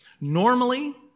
normally